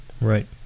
Right